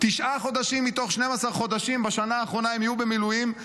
תשעה חודשים מתוך 12 חודשים בשנה האחרונה הם היו במילואים,